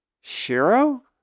Shiro